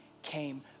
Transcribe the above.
came